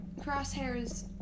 Crosshair's